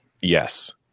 Yes